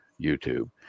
YouTube